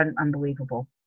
unbelievable